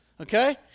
okay